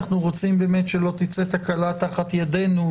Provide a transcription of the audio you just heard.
אנחנו רוצים שלא תצא תקלה תחת ידינו,